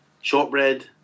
Shortbread